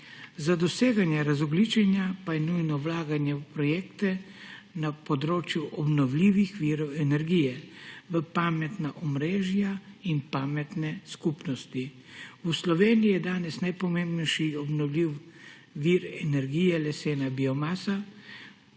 Za doseganje razogljičenja pa je nujno vlaganje v projekte na področju obnovljivih virov energije, v pametna omrežja in pametne skupnosti. V Sloveniji je danes najpomembnejši obnovljivi vir energije lesna biomasa,